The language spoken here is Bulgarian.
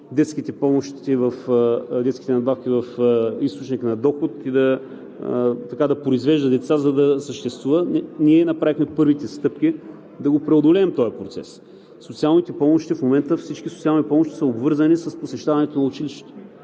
детските надбавки в източник на доход и да произвежда деца, за да съществува, ние направихме първите стъпки да преодолеем този процес. В момента всички социални помощи са обвързани с посещаването на училище.